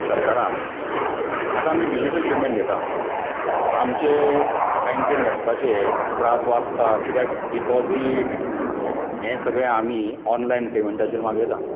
सरकारान आतां आमी डिजीटल पेमॅंट घेता आमचे बॅंकेंत वचपाचें त्रास वाचतात कित्याक डिपोसीट हें सगळें आमी ऑनलायन पेमॅंटाचेर मागयता